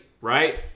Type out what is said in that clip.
right